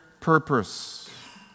purpose